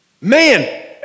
Man